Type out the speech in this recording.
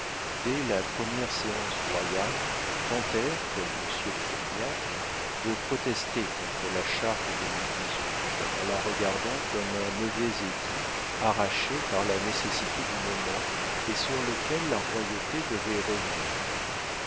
dès la première séance royale tentèrent comme monsieur de polignac de protester contre la charte de louis xviii en la regardant comme un mauvais édit arraché par la nécessité du moment et sur lequel la royauté devait revenir